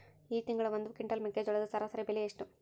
ಈ ತಿಂಗಳ ಒಂದು ಕ್ವಿಂಟಾಲ್ ಮೆಕ್ಕೆಜೋಳದ ಸರಾಸರಿ ಬೆಲೆ ಎಷ್ಟು?